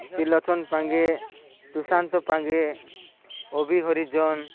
Trilochan Pange Tushant Pange Abhi Harijan